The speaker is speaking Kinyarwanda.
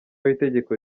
w’itegeko